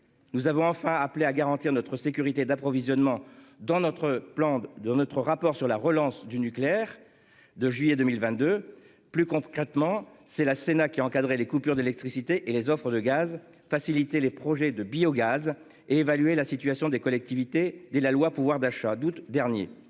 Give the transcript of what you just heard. Nous avons enfin appelé à garantir notre sécurité d'approvisionnement dans notre plan de notre rapport sur la relance du nucléaire de juillet 2022. Plus concrètement, c'est la Cena qui encadrer les coupures d'électricité et les offres de gaz faciliter les projets de biogaz. Évaluer la situation des collectivités dès la loi pouvoir d'achat d'août dernier.